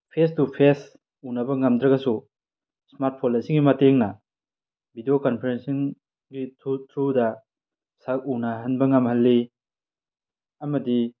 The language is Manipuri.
ꯐꯦꯁ ꯇꯨ ꯐꯦꯁ ꯎꯅꯕ ꯉꯝꯗ꯭ꯔꯒꯁꯨ ꯏꯁꯃꯥꯔꯠ ꯐꯣꯟ ꯑꯁꯤꯒꯤ ꯃꯇꯦꯡꯅ ꯕꯤꯗꯤꯑꯣ ꯀꯟꯐ꯭ꯔꯦꯟꯁꯤꯡꯒꯤ ꯊ꯭ꯔꯨꯗ ꯁꯛ ꯎꯅꯍꯟꯕ ꯉꯝꯍꯜꯂꯤ ꯑꯃꯗꯤ